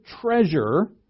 treasure